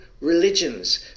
religions